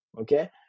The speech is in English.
okay